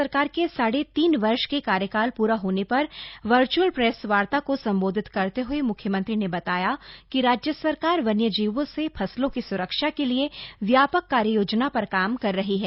राज्य सरकार के साढ़े तीन वर्ष के कार्यकाल पूरा होने पर वर्च्अल प्रेस वार्ता को सम्बोधित करते हुए मुख्यमंत्री ने बताया कि राज्य सरकार वन्यजीवों से फसलों की सुरक्षा के लिए व्यापक कार्ययोजना पर काम कर रही है